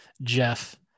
Jeff